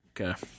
Okay